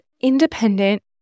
independent